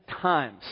times